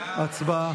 הצבעה.